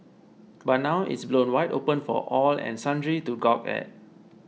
but now it's blown wide open for all and sundry to gawk at